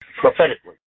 Prophetically